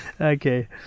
Okay